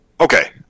Okay